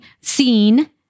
seen